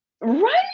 Right